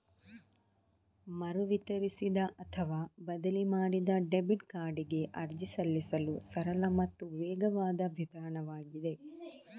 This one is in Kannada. ಮರು ವಿತರಿಸಿದ ಅಥವಾ ಬದಲಿ ಮಾಡಿದ ಡೆಬಿಟ್ ಕಾರ್ಡಿಗೆ ಅರ್ಜಿ ಸಲ್ಲಿಸಲು ಸರಳ ಮತ್ತು ವೇಗವಾದ ವಿಧಾನವಾಗಿದೆ